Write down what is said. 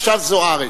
עכשיו זוארץ.